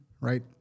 right